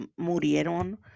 murieron